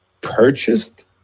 purchased